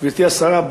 גברתי השרה,